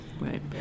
Right